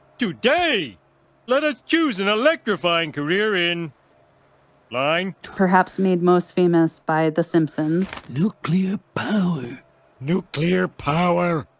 today. let us choose an electrifying career in line? perhaps made most famous by the simpsons. nuclear power nuclear power